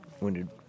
wounded